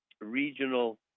regional